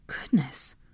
Goodness